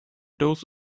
dose